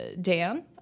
Dan